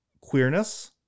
queerness